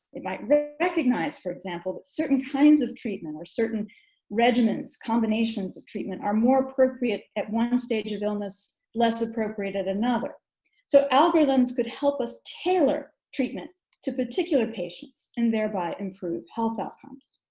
they might recognize for example that certain kinds of treatment or certain regimens, combinations of treatment are more appropriate at one stage of illness, less appropriate at another so algorithms could help us tailor treatment to particular patients and thereby improve health outcomes.